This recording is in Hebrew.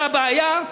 זה הבעיה?